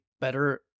better